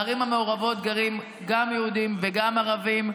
בערים המעורבות גרים גם יהודים וגם ערבים,